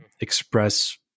express